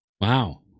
Wow